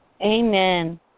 Amen